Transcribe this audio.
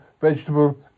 vegetable